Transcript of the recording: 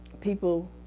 people